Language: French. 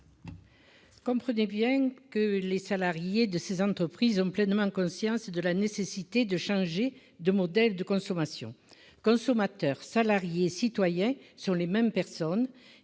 Comprenez bien que les salariés de ces entreprises ont pleinement conscience de la nécessité de changer de modèle de consommation consommateurs salariés citoyens sur les mêmes personnes